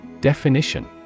Definition